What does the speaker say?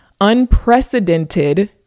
unprecedented